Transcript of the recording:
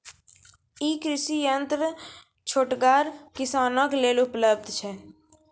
ई कृषि यंत्र छोटगर किसानक लेल उपलव्ध छै?